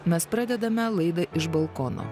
mes pradedame laidą iš balkono